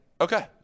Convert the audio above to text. Okay